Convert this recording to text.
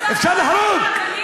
אפשר להרוג.